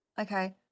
okay